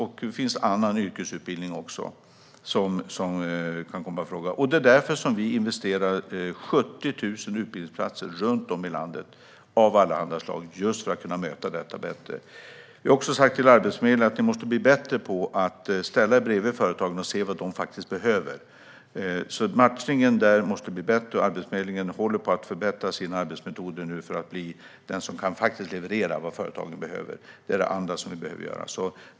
Det finns också annan yrkesutbildning som kan komma i fråga. Det är därför vi investerar i 70 000 utbildningsplatser av allehanda slag runt om i landet - just för att kunna möta detta bättre. Vi har också sagt till Arbetsförmedlingen att de måste bli bättre på att ställa sig bredvid företagen och se vad de faktiskt behöver. Matchningen måste bli bättre, och Arbetsförmedlingen håller på att förbättra sina arbetsmetoder för att bli den som kan leverera vad företagen behöver. Det är det andra vi behöver göra.